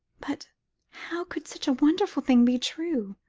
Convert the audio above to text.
but how could such a wonderful thing be true?